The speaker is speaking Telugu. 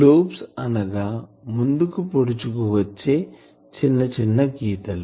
లోబ్స్ అనగా ముందుకు పొడుచుకు వచ్చే చిన్న చిన్న గీతలు